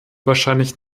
wahrscheinlich